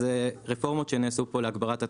אלו רפורמות שנעשו פה להגברת התחרות,